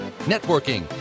networking